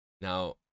Now